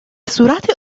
صورت